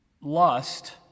lust